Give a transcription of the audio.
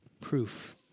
Proof